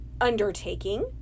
undertaking